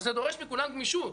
זה דורש מכולם גמישות.